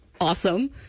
awesome